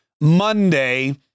Monday